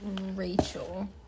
Rachel